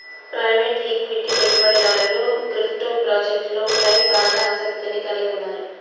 private equity పెట్టుబడిదారులు crypto ప్రాజెక్ట్లపై బాగా ఆసక్తిని కలిగి ఉన్నారు